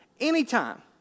Anytime